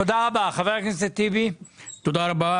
חבר הכנסת טיבי, בבקשה.